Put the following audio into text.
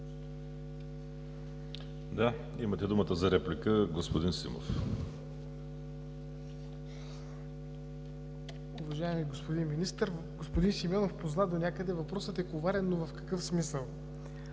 Имате думата за реплика, господин Симов.